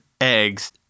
eggs